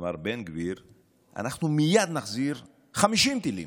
אנחנו נחזיר מייד 50 טילים.